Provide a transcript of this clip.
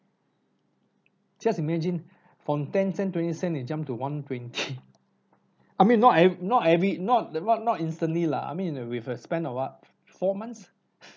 just imagine from ten cent twenty cent they jumped to one twenty I mean not eve~ not every not the not not instantly lah I mean with with a span of what four months